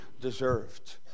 deserved